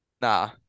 Nah